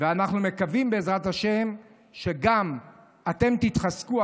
ואנחנו מקווים שבעזרת השם גם אתם תתחזקו.